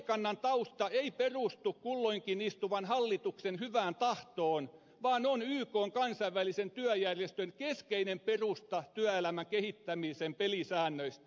kolmikannan tausta ei perustu kulloinkin istuvan hallituksen hyvään tahtoon vaan on ykn kansainvälisen työjärjestön keskeinen perusta työelämän kehittämisen pelisäännöistä